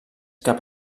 cap